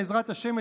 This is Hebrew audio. בעזרת השם,